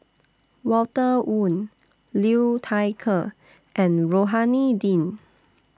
Walter Woon Liu Thai Ker and Rohani Din